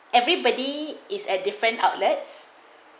everybody is at different outlets